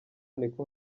niko